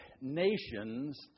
nations